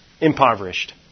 impoverished